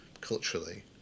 culturally